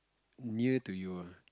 near to you ah